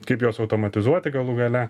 kaip juos automatizuoti galų gale